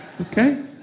Okay